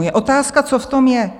Je otázka, co v tom je.